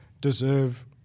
deserve